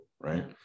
right